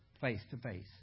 face-to-face